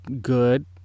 good